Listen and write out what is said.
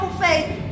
faith